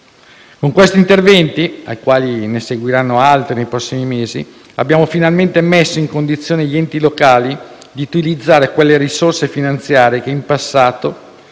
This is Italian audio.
Con questi interventi (ai quali ne seguiranno altri nei prossimi mesi) abbiamo finalmente messo in condizione gli enti locali di utilizzare quelle risorse finanziarie che, in passato,